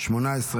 18 נוכחים.